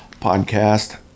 podcast